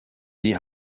die